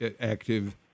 active